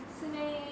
是 meh